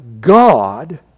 God